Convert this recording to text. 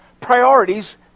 priorities